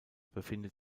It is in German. befindet